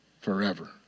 forever